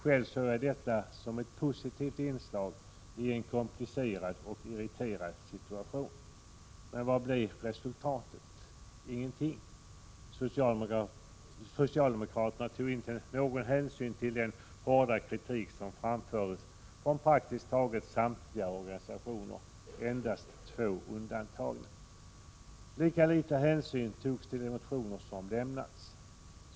Själv såg jag detta som ett positivt inslag i en komplicerad och irriterad situation. Men vad blev resultatet? Ingenting. Socialdemokraterna tog inte någon hänsyn till den hårda kritik som framfördes från praktiskt taget samtliga organisationer — endast två undan tagna. Lika litet hänsyn togs till motioner som lämnats.